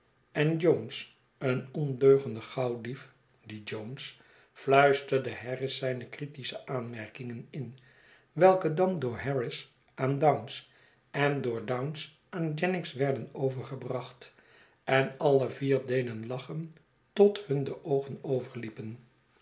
en jones een ondeugende gauwdief die jones fluisterde harris zijne kritische aanmerkingen in welke dan door harris aan dounce en door dounce aan jennings werden overgebracht en alle vier deden lachen tot hun de oogen